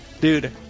Dude